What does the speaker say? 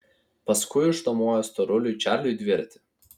paskui išnuomojo storuliui čarliui dviratį